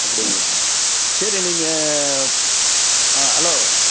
அப்படிங்களா சரி நீங்கள் ஹலோ